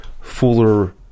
fuller